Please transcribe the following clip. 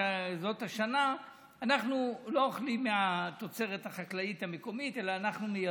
שזאת שנה שאנחנו לא אוכלים מהתוצרת החקלאית המקומית אלא אנחנו מייבאים,